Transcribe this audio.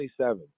27